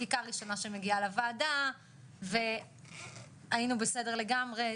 חקיקה ראשונה שמגיעה לוועדה והיינו בסדר לגמרי,